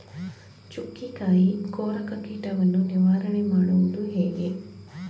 ಚುಕ್ಕಿಕಾಯಿ ಕೊರಕ ಕೀಟವನ್ನು ನಿವಾರಣೆ ಮಾಡುವುದು ಹೇಗೆ?